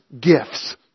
gifts